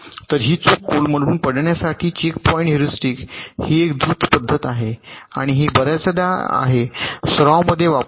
तर ही चूक कोलमडून पडण्यासाठी चेकपॉईंट ह्युरिस्टिक ही एक द्रुत पद्धत आहे आणि ही बर्याचदा आहे सराव मध्ये वापरले